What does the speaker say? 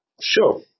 Sure